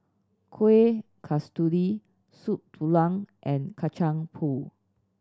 Kuih Kasturi Soup Tulang and Kacang Pool